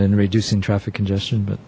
reducing traffic congestion but